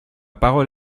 parole